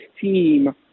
team